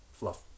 fluff